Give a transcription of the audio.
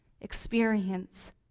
experience